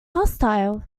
hostile